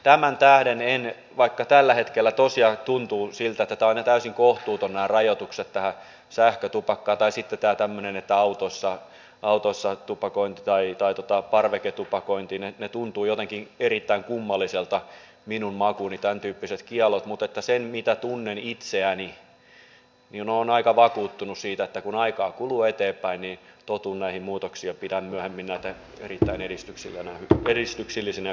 tämän tähden vaikka tällä hetkellä tosiaan tuntuu siltä että nämä rajoitukset ovat täysin kohtuuttomia tähän sähkötupakkaan tai sitten tämäntyyppiset autossa tupakoinnin tai parveketupakoinnin kiellot tuntuvat jotenkin erittäin kummallisilta minun makuuni tän tyyppiset cialla mutta sen mitä tunnen itseäni niin olen aika vakuuttunut siitä että kun aikaa kuluu eteenpäin niin totun näihin muutoksiin ja pidän myöhemmin näitä erittäin edistyksellisinä ja hyvinä päätöksinä